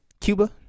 Cuba